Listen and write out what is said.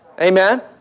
Amen